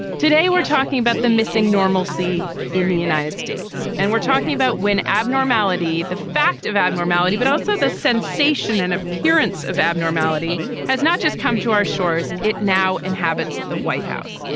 today, we're talking about the missing normalcy in the united states. and we're talking about when abnormality. the fact of abnormality, but also the sensation and appearance of abnormality has not just come to our shores. it now inhabits the white house.